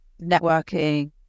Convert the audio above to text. networking